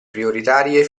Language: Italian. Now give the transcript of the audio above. prioritarie